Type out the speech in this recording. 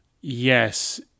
Yes